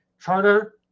charter